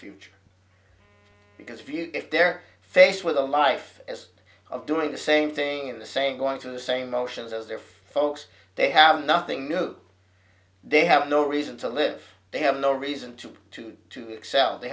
future because of you if they're faced with a life as of doing the same thing in the same going to the same motions as their folks they have nothing new they have no reason to live they have no reason to go to to excel they